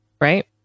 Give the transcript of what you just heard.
Right